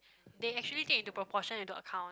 they actually take into proportion into account